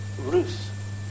Ruth